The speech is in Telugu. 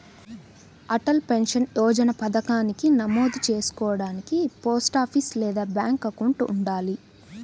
అటల్ పెన్షన్ యోజన పథకానికి నమోదు చేసుకోడానికి పోస్టాఫీస్ లేదా బ్యాంక్ అకౌంట్ ఉండాలి